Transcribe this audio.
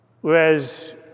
Whereas